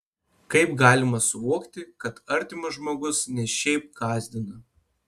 kaip galima suvokti kad artimas žmogus ne šiaip gąsdina